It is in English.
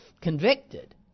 convicted